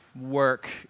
work